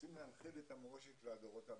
רוצים להנחיל את המורשת לדורות הבאים.